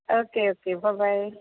okay okay ਬ bye